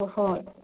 होय